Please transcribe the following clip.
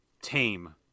tame